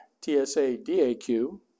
T-S-A-D-A-Q